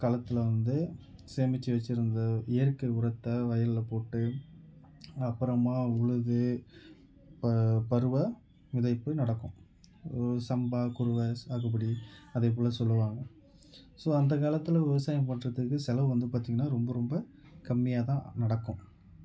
காலத்தில் வந்து சேமித்து வச்சுருந்த இயற்கை உரத்தை வயலில் போட்டு அப்புறமாக உழுது ப பருவ விதைப்பு நடக்கும் சம்பா குருவை சாகுபடி அதேபோல் சொல்லுவாங்க ஸோ அந்த காலத்தில் விவசாயம் பண்ணுறத்துக்கு செலவு வந்து பார்த்திங்ன்னா ரொம்ப ரொம்ப கம்மியாகத் தான் நடக்கும்